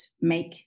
make